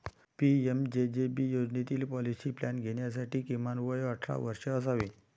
PMJJB योजनेतील policy plan घेण्यासाठी किमान वय अठरा वर्षे असावे